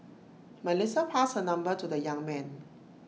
Melissa passed her number to the young man